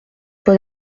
bon